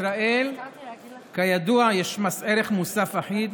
בישראל כידוע יש מס ערך מוסף אחיד